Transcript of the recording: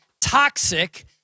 toxic